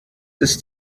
ist